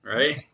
Right